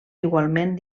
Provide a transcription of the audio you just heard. igualment